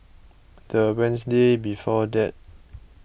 the Wednesday before that